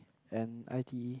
and i_t_e